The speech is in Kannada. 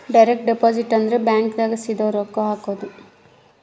ಡೈರೆಕ್ಟ್ ಡಿಪೊಸಿಟ್ ಅಂದ್ರ ಬ್ಯಾಂಕ್ ದಾಗ ಸೀದಾ ರೊಕ್ಕ ಹಾಕೋದು